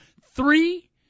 Three